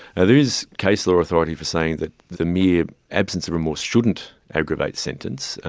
and there is case law authority for saying that the mere absence of remorse shouldn't aggravate sentence,